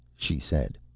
she said,